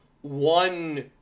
one